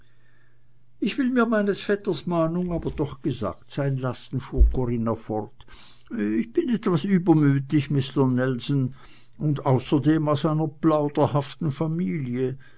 ich will mir meines vetters mahnung aber doch gesagt sein lassen fuhr corinna fort ich bin etwas übermütig mister nelson und außerdem aus einer plauderhaften familie